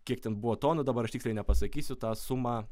kiek ten buvo tonų dabar aš tiksliai nepasakysiu tą sumą